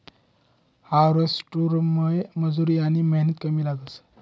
हार्वेस्टरमुये मजुरी आनी मेहनत कमी लागस